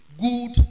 good